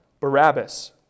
Barabbas